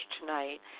tonight